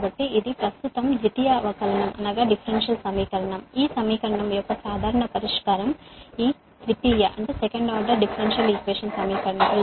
కాబట్టి ఇది ప్రస్తుతం ద్వితీయ అవకలన సమీకరణం ఈ సమీకరణం యొక్క సాధారణ పరిష్కారం ఈ ద్వితీయ అవకలన సమీకరణం